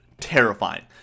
terrifying